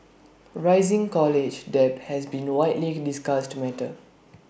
rising college debt has been A widely discussed matter